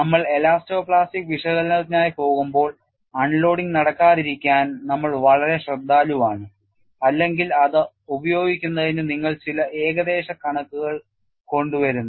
നമ്മൾ elasto plastic വിശകലനത്തിനായി പോകുമ്പോൾ അൺലോഡിംഗ് നടക്കാതിരിക്കാൻ നമ്മൾ വളരെ ശ്രദ്ധാലുവാണ് അല്ലെങ്കിൽ അത് ഉപയോഗിക്കുന്നതിന് നിങ്ങൾ ചില ഏകദേശ കണക്കുകൾ കൊണ്ടുവരുന്നു